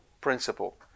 principle